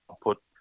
put